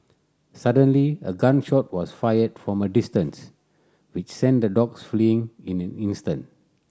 suddenly a gun shot was fired from a distance which sent the dogs fleeing in an